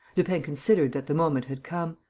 lupin considered that the moment had come.